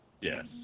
Yes